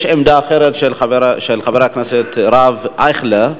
יש עמדה אחרת, של חבר הכנסת הרב אייכלר,